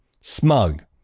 Smug